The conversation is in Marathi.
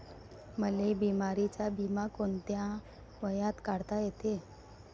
मले बिमारीचा बिमा कोंत्या वयात काढता येते?